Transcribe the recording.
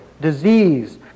disease